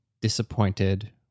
disappointed